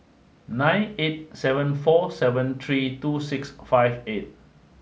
nine eight seven four seven three two six five eight